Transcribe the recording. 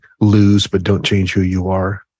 lose-but-don't-change-who-you-are